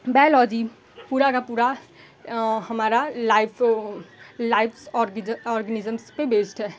biology पूरा का पूरा हमारा लाइव को लाइफ भी बेस्ड है